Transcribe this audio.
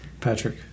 Patrick